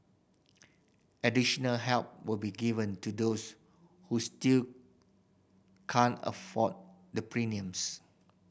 additional help will be given to those who still can't afford the premiums